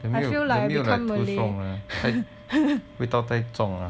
I feel like I become malay